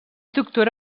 doctora